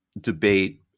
debate